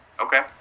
Okay